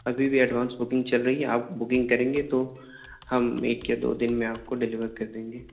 ابھی بھی advance booking چل رہی ہے آپ بکنگ کریں گے تو ہم ایک یا دو دن میں آپ کو ڈلیور کر دیں گے